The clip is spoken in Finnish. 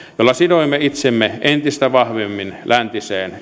jolla sidoimme itsemme entistä vahvemmin läntiseen